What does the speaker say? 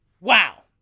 Wow